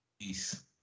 Peace